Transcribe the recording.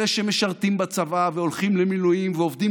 אלה שמשרתים בצבא והולכים למילואים ועובדים